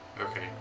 Okay